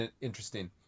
interesting